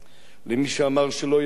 למי שאמר שלא יהרוס,